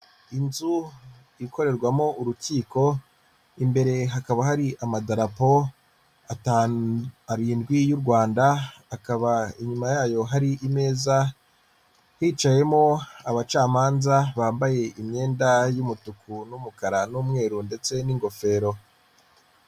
Inzu ikorerwamo urukiko, imbere hakaba hari amadapo arindwi y'u Rwanda, akaba inyuma yayo hari imeza, hicayemo abacamanza bambaye imyenda y'umutuku n'umukara n'umweru ndetse n'ingofero.